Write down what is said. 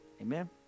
Amen